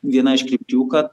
viena iš krypčių kad